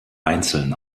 einzeln